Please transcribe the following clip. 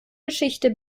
geschichte